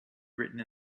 written